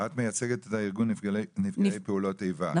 את מייצגת את ארגון נפגעי פעולות איבה?